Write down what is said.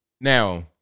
Now